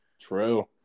True